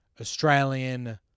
Australian